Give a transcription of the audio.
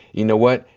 you know what?